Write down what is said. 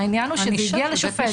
העניין הוא שזה הגיע לשופט,